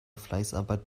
fleißarbeit